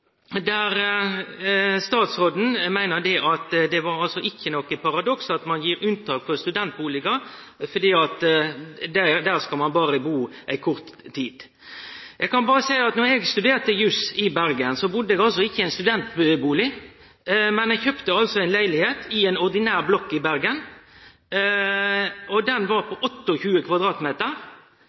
var noko paradoks at ein gjer unntak for studentbustader, for der skal ein berre bu ei kort tid. Eg kan berre seie at då eg studerte jus i Bergen, budde eg ikkje i ein studentbustad, men kjøpte ei leilegheit i ei ordinær blokk i Bergen. Ho var på